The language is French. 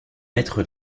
mettre